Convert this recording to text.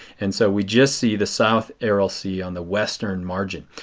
and so we just see the south aral sea on the western margin.